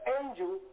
angel